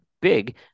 big